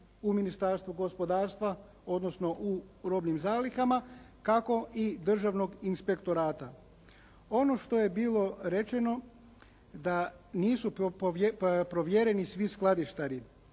u Ministarstvu gospodarstva odnosno u robnim zalihama kako i Državnog inspektorata. Ono što je bilo rečeno da nisu provjereni svi skladištari